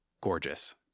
gorgeous